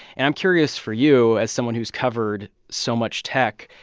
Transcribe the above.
and i'm curious for you, as someone who's covered so much tech,